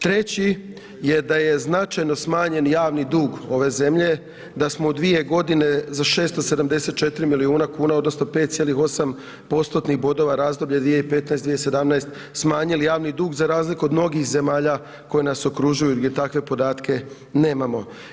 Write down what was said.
Treći je da je značajno smanjen javni dug ove zemlje, da smo u dvije godine za 674 milijuna kuna, odnosno, 5,8 postotnih bodova razdoblje 2015.-2017. smanjili javni dug za razliku od mnogih zemalja, koje nas okružuju, jer takve podatke nemamo.